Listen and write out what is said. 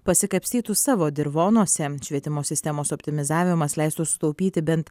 pasikapstytų savo dirvonuose švietimo sistemos optimizavimas leistų sutaupyti bent